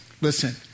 Listen